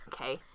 Okay